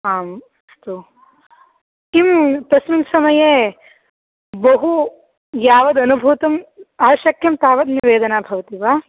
आम् अस्तु किं तस्मिन् समये बहु यावदनुभूतम् अशक्यं तावत् वेदना भवति वा